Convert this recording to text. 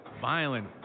violent